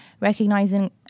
recognizing